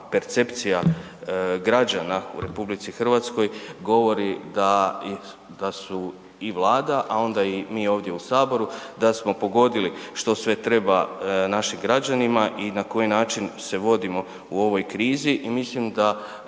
percepcija građana u RH govori da i, da su i Vlada, a onda i mi ovdje u Saboru, da smo pogodili što sve treba našim građanima i na koji način se vodimo u ovoj krizi i mislim da